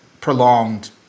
prolonged